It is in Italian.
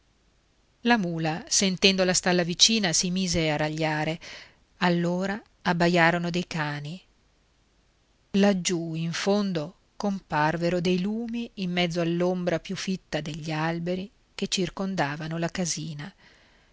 la mula sentendo la stalla vicina si mise a ragliare allora abbaiarono dei cani laggiù in fondo comparvero dei lumi in mezzo all'ombra più fitta degli alberi che circondavano la casina